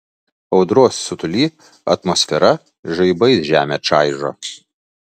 audros siutuly atmosfera žaibais žemę čaižo